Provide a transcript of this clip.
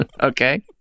okay